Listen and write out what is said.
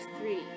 three